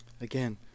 again